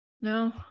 no